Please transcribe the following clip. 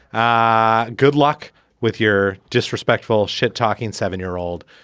ah good luck with your disrespectful shit talking seven year old.